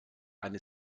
eine